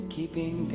Keeping